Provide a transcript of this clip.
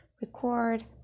record